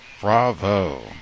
Bravo